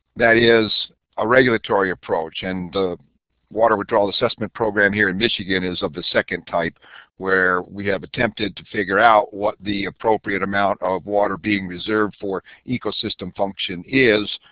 that is a regulatory approach and the water withdrawal assessment program here in michigan is of the second type where we have attempted to figure out what the appropriate amount of water being reserved for ecosystem function is.